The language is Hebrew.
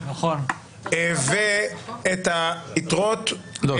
ואת היתרות --- לא,